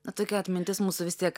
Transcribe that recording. na tokia atmintis mūsų vis tiek